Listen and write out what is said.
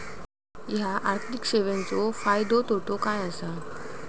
हया आर्थिक सेवेंचो फायदो तोटो काय आसा?